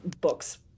books